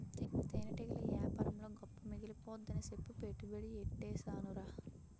తేనెటీగల యేపారంలో గొప్ప మిగిలిపోద్దని సెప్పి పెట్టుబడి యెట్టీసేనురా